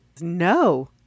No